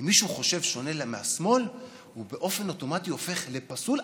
אם מישהו חושב שונה מהשמאל הוא באופן אוטומטי הופך לפסול,